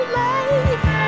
life